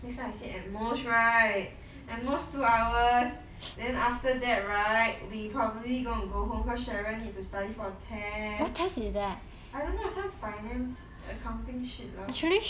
that's why I said at most right at most two hours then after that right we probably gonna go home because cheryl need to study for test I don't know it's some finance accounting shit lah